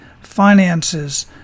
finances